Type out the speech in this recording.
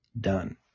done